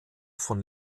vom